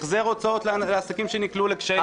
החזר הוצאות לעסקים שנקלעו לקשיים.